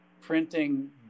printing